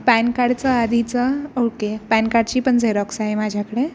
pan कार्डचा आधीचा okay PAN कार्डची पण झेरॉक्स आहे माझ्याकडे